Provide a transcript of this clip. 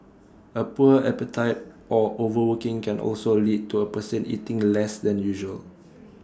A poor appetite or overworking can also lead to A person eating less than usual